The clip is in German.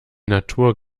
natur